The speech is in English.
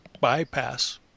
bypass